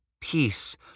peace